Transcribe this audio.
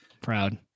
Proud